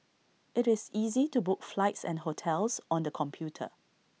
IT is easy to book flights and hotels on the computer